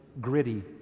gritty